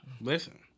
Listen